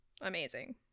Amazing